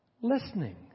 listening